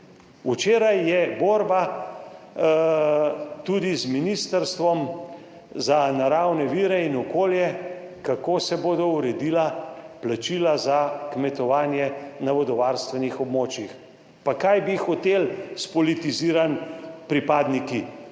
Včeraj je borba tudi z Ministrstvom za naravne vire in okolje, kako se bodo uredila plačila za kmetovanje na vodovarstvenih območjih. Pa kaj bi hoteli, spolitiziran pripadniki,